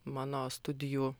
mano studijų